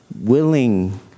Willing